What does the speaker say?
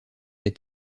les